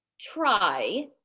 Try